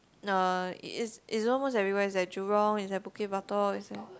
no it is is almost everywhere is at jurong is at Bukit-Batok is at